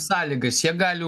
sąlygas jie gali